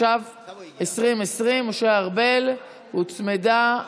התש"ף 2020. הוצמדה.